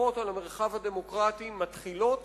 התקפות על המרחב הדמוקרטי מתחילות